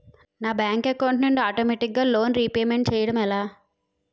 నా bank account నుండి ఆటోమేటిగ్గా లోన్ రీపేమెంట్ చేయడం ఎలా?